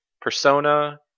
Persona